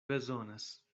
bezonas